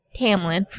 Tamlin